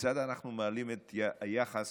כיצד אנחנו מגדילים את היחס